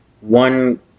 one